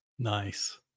nice